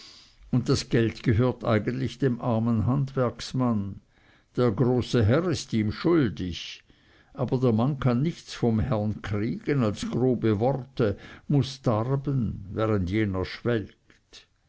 und das geld gehört eigentlich dem armen handwerksmann der große herr ist ihm schuldig aber der mann kann nichts vom herrn kriegen als grobe worte muß darben während jener schwelgt